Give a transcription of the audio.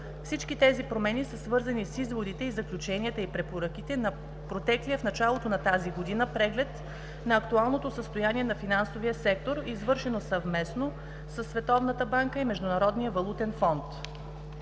Всички тези промени са свързани с изводите и заключенията и препоръките на протеклия в началото на тази година преглед на актуалното състояние на финансовия сектор, извършено съвместно със